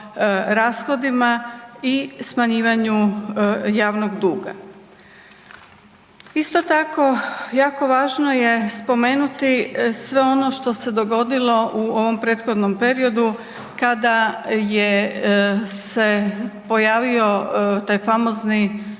rashodima i smanjivanju javnog duga. Isto tako jako važno je spomenuti sve ono što se dogodilo u ovom prethodnom periodu kada je se pojavio taj famozni